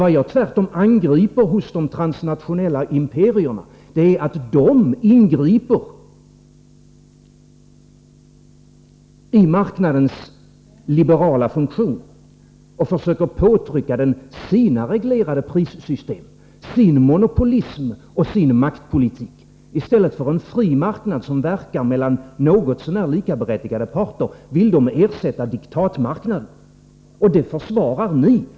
Vad jag tvärtom angriper hos de transnationella imperierna är att de ingriper i marknadens liberala funktioner och försöker påtrycka den sina reglerade prissystem, sin monopolism och sin maktpolitik. I stället för en fri marknad som verkar mellan något så när likaberättigade parter vill de ha diktatmarknader. Detta försvarar ni.